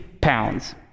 pounds